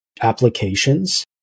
applications